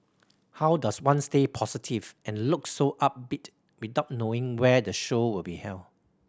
how does one stay positive and look so upbeat without knowing where the show will be held